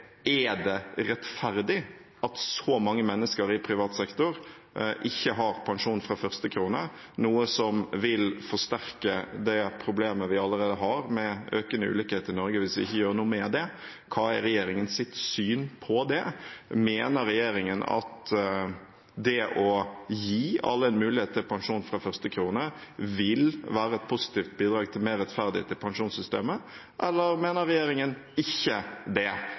Er det rettferdig at så mange mennesker i privat sektor ikke har pensjon fra første krone, noe som vil forsterke det problemet vi allerede har med økende ulikheter i Norge hvis vi ikke gjør noe med det? Hva er regjeringens syn på det? Mener regjeringen at det å gi alle en mulighet til pensjon fra første krone vil være et positivt bidrag til mer rettferdighet i pensjonssystemet, eller mener regjeringen ikke det?